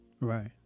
Right